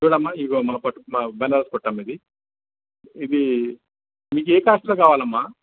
చూడు అమ్మా ఇదిగో అమ్మా పట్టు బనారస్ పట్టు అమ్మా ఇది ఇదీ మీకు ఏ కాస్ట్లో కావాలి అమ్మా